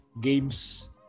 games